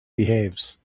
behaves